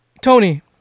Tony